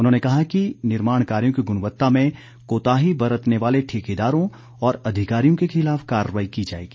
उन्होंने कहा कि निर्माण कार्यों की गुणवत्ता में कोताही बरतने वाले ठेकेदारों और अधिकारियों को खिलाफ कार्रवाई की जाएगी